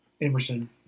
Emerson